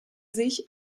sich